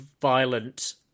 violent